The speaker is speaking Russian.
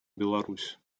беларусь